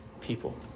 people